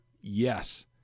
Yes